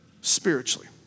spiritually